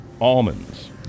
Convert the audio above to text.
Almonds